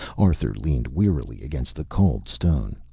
arthur leaned wearily against the cold stone.